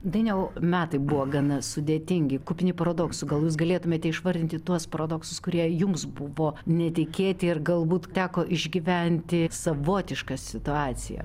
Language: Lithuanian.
dainiau metai buvo gana sudėtingi kupini paradoksų gal jūs galėtumėte išvardinti tuos paradoksus kurie jums buvo netikėti ir galbūt teko išgyventi savotišką situaciją